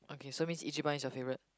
okay so mean Ichiban is your favorite